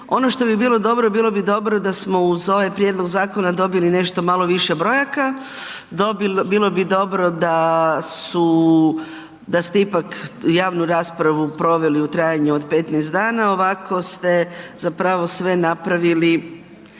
Ono što bi bilo dobro bilo dobro da smo uz ovaj prijedlog zakona dobili nešto malo više brojaka, bilo bi dobro da su da ste ipak javnu raspravu proveli u trajanju od 15 dana. Ovako ste zapravo sve napravili